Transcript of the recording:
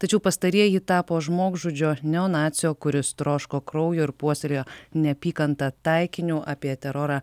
tačiau pastarieji tapo žmogžudžio neonacio kuris troško kraujo ir puoselėjo neapykantą taikiniu apie terorą